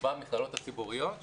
במכללות הציבוריות,